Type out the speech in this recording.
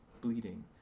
bleeding